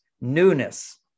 newness